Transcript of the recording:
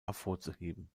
hervorzuheben